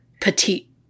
petite